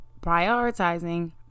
prioritizing